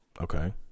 okay